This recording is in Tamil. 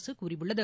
அரசு கூறியுள்ளது